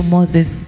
Moses